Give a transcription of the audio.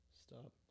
Stop